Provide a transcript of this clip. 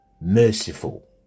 merciful